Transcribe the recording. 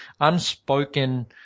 unspoken